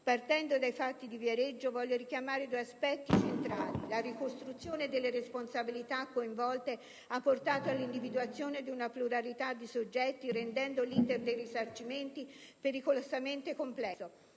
Partendo dai fatti di Viareggio, voglio richiamare due aspetti che mi sembrano centrali. La ricostruzione delle responsabilità coinvolte ha portato all'individuazione di una pluralità di soggetti, rendendo l'*iter* dei risarcimenti pericolosamente complesso.